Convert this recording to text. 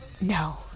No